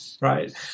right